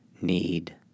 need